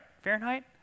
Fahrenheit